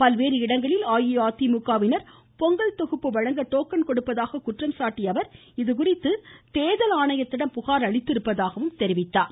பல்வேறு இடங்களில் அஇஅதிமுகவினர் பொங்கல் தொகுப்பு வழங்க டோக்கன் கொடுப்பதாக குற்றம்சாட்டிய அவர் இதுகுறித்து தேர்தல் ஆணையத்திடம் புகார் அளித்திருப்பதாக தெரிவித்தார்